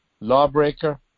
lawbreaker